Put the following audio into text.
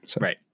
Right